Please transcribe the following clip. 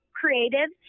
creative